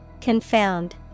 Confound